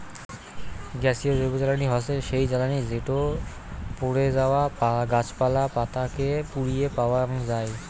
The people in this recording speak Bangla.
গ্যাসীয় জৈবজ্বালানী হসে সেই জ্বালানি যেটো পড়ে যাওয়া গাছপালা, পাতা কে পুড়িয়ে পাওয়াঙ যাই